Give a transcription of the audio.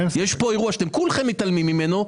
יש פה אירוע שכולכם מתעלמים ממנו,